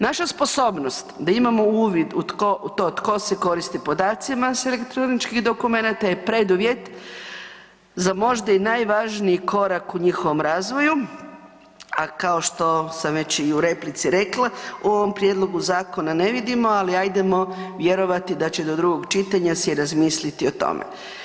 Naša sposobnost da imamo uvid u to tko se koristi podacima sa elektroničkih dokumenata je preduvjet za možda i najvažniji korak u njihovom razvoju a kao što sam već i u replici rekla, u ovom prijedlogu zakona ne vidimo, ali ajdemo vjerovati da će do drugog čitanja si razmisliti o tome.